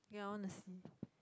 yeah I want to see